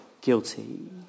guilty